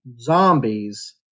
zombies